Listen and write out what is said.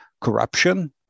corruption